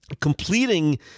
completing